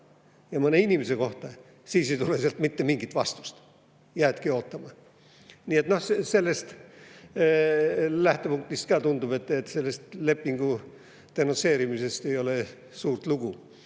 ja mõne inimese kohta, siis ei tule sealt mitte mingit vastust, jäädki ootama. Ka sellest lähtepunktist tundub, et sellest lepingu denonsseerimisest ei ole suurt lugu.